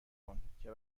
کن، که